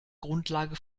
grundlage